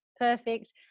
perfect